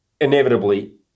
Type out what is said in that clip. inevitably